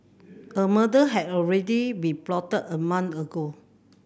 a murder had already be plotted a month ago